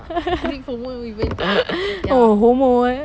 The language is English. oh homo ah